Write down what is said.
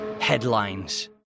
headlines